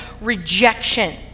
rejection